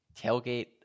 Tailgate